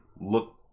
look